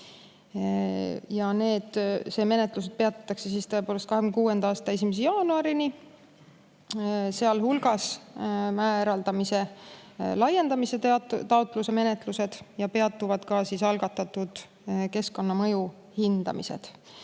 need menetlused peatatakse siis tõepoolest 2026. aasta 1. jaanuarini, sealhulgas mäeeraldise laiendamise taotluse menetlused ja algatatud keskkonnamõju hindamised.